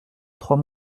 trois